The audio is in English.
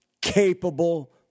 capable